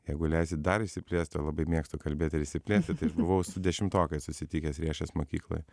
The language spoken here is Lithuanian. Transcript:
jeigu leisit dar išsiplėst labai mėgstu kalbėti ir išsiplėsti tai aš buvau su dešimtokais susitikęs riešės mokykloj